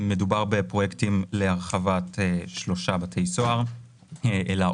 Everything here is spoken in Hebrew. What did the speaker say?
מדובר בפרויקטים להרחבת שלושה בתי סוהר: אלה,